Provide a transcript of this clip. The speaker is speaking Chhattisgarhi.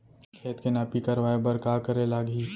खेत के नापी करवाये बर का करे लागही?